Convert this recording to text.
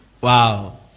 wow